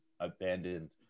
abandoned